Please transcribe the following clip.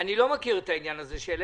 אני לא מכיר את העניין הזה שהעלית.